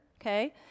okay